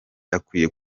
akwiye